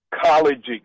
college